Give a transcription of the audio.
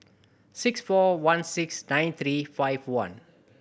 six four one six nine three five one